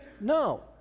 No